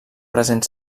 present